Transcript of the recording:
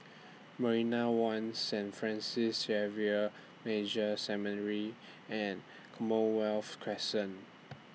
Marina one Saint Francis Xavier Major Seminary and Commonwealth Crescent